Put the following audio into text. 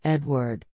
Edward